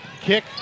kick